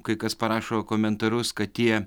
kai kas parašo komentarus kad tie